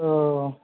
अऽ